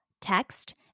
text